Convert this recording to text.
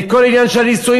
את כל העניין של הנישואים,